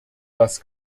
das